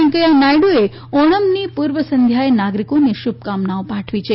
વેકૈયાહ નાયડુએ ઓણમની પુર્વ સંધ્યાએ નાગરીકોને શુભકામનાઓ પાઠવી છે